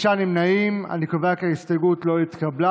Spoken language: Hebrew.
קובע כי ההסתייגות לא התקבלה.